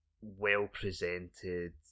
well-presented